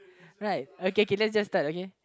right okay K let's just start okay